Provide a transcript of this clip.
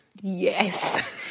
Yes